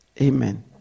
Amen